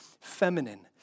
feminine